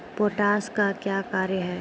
Potash का क्या कार्य हैं?